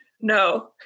No